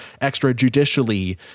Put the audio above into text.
extrajudicially